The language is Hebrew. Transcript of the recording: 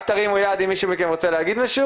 רק תרימו יד אם מישהו מכם רוצה להגיד משהו.